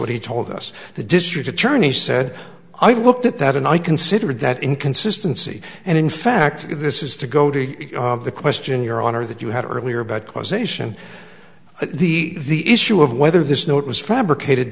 what he told us the district attorney said i looked at that and i considered that inconsistency and in fact this is to go to the question your honor that you had earlier about causation the the issue of whether this note was fabricated